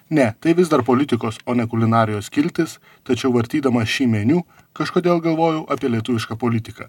ne tai vis dar politikos o ne kulinarijos skiltis tačiau vartydamas šį meniu kažkodėl galvojau apie lietuvišką politiką